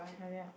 hurry up